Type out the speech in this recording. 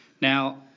Now